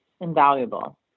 invaluable